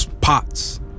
pots